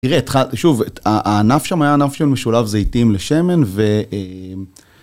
תראה התחלתי, שוב, הענף שם היה ענף של משולב זיתים לשמן ו...